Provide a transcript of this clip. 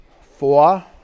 Four